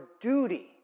duty